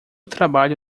trabalho